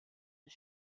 des